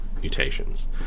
mutations